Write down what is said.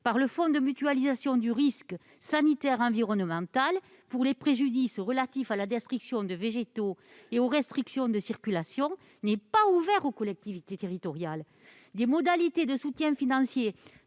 agricole de mutualisation du risque sanitaire environnemental pour les préjudices relatifs à la destruction de végétaux et aux restrictions de circulation n'est pas ouvert aux collectivités territoriales. Des modalités de soutien financier